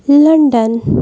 London